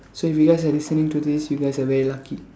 so if you guys are listening to this you guys are very lucky